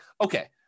okay